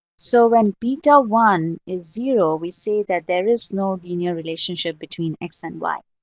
so when beta one is zero, we say that there is no linear relationship between x and y.